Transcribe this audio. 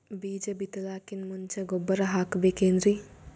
ಬೀಜ ಬಿತಲಾಕಿನ್ ಮುಂಚ ಗೊಬ್ಬರ ಹಾಕಬೇಕ್ ಏನ್ರೀ?